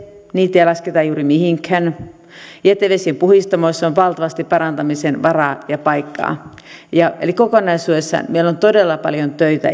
lasketa juuri mihinkään jätevesipuhdistamoissa on valtavasti parantamisen varaa ja paikkaa eli kokonaisuudessaan meillä on todella paljon töitä